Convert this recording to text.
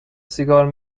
سیگار